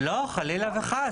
לא, חלילה וחס.